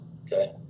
okay